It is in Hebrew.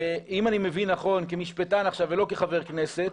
אם אני מבין נכון, כמשפטן עכשיו ולא כחבר כנסת,